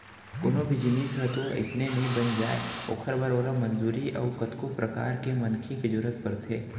कोनो भी जिनिस ह तो अइसने नइ बन जाय ओखर बर ओला मजदूरी अउ कतको परकार के मनखे के जरुरत परथे